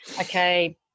okay